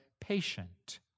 patient